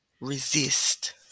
Resist